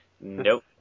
Nope